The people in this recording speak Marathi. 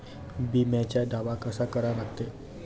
बिम्याचा दावा कसा करा लागते?